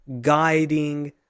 guiding